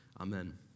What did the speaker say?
Amen